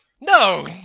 no